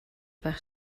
байх